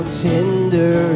tender